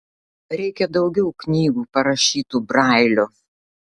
reikia daugiau knygų parašytų brailiu